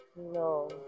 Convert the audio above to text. No